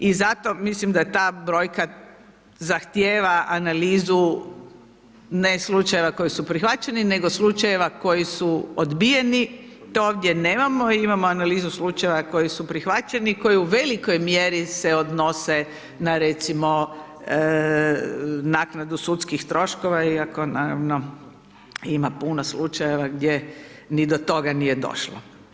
I zato mislim da ta brojka zahtjeva analizu, ne slučajeva koje su prihvaćeni, nego slučajeva koji su odbijeni, to ovdje nemamo, imamo analizu slučajeva koji su prihvaćeni, koji u velikoj mjeri se odnose, na recimo naknadu sudskih troškova, iako naravno ima puno slučajeva gdje n i do toga nije došlo.